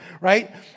right